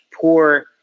poor